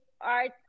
art